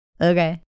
Okay